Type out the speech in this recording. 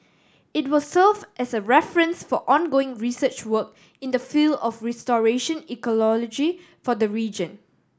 it will serve as a reference for ongoing research work in the field of restoration ecology for the region